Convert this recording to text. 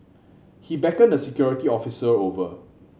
he beckoned a security officer over